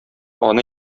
аны